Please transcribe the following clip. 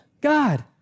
God